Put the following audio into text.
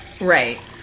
right